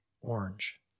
orange